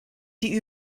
die